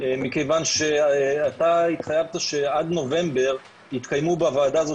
מכיוון שאתה התחייבת שעד נובמבר יתקיימו בוועדה הזאת